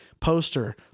poster